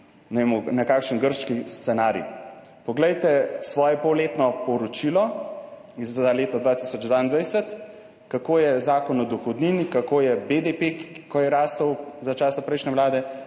na kakšen grški scenarij. Poglejte svoje polletno poročilo za leto 2022, kako je Zakon o dohodnini, kako je BDP, ko je rastel za časa prejšnje vlade,